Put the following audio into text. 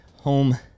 home